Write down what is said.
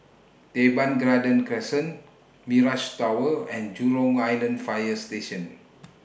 Teban Garden Crescent Mirage Tower and Jurong Island Fire Station